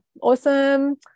Awesome